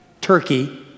Turkey